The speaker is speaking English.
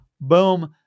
boom